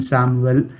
Samuel